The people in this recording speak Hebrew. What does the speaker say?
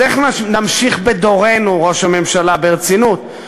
אז איך נמשיך בדורנו, ראש הממשלה, ברצינות,